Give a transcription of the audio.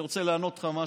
אני רוצה לענות לך משהו.